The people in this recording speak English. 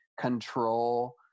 Control